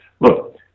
look